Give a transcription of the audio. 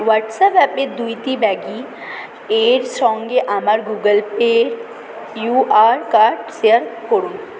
WhatsApp অ্যাপের দুইটি ব্যাগই এর সঙ্গে আমার Google Pay QR code share করুন